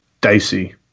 dicey